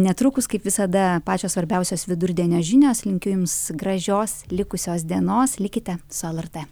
netrukus kaip visada pačios svarbiausios vidurdienio žinios linkiu jums gražios likusios dienos likite su lrt